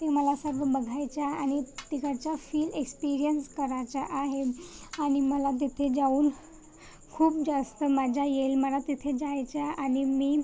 ते मला सगळं बघायचं आहे आणि तिकडचा फील एक्स्पिरीयन्स करायचा आहे आणि मला तिथे जाऊन खूप जास्त मजा येईल मला तिथे जायचा आणि मी